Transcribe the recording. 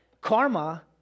Karma